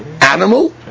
animal